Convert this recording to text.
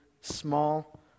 small